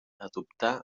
adoptà